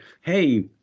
hey—